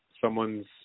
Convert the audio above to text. someone's